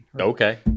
Okay